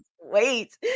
Wait